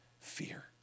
fear